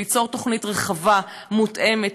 וליצור תוכנית רחבה מותאמת.